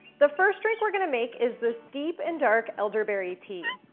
the first drink we're gonna make is this deep and dark elderberry tea.